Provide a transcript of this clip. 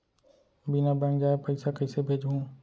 बिना बैंक जाये पइसा कइसे भेजहूँ?